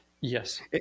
Yes